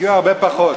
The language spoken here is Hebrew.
הגיעו הרבה פחות.